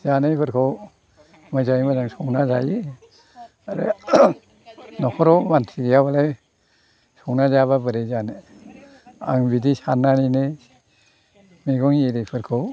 जानायफोरखौ मोजाङै मोजां संना जायो आरो नखराव मानसि गैयाबालाय संना जायाबा बोरै जानो आं बिदि सान्नानैनो मैगं एरिफोरखौ